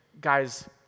guys